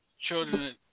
children